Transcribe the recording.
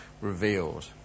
revealed